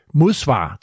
modsvar